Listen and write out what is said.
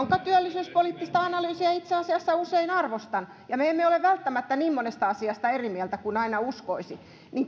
työllisyyspoliittista analyysia itse asiassa usein arvostan ja me emme ole aina välttämättä niin monesta asiasta eri mieltä kuin uskoisi